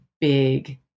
big